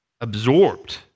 absorbed